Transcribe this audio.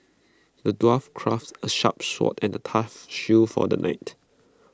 the dwarf crafted A sharp sword and A tough shield for the knight